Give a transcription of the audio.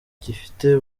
gifite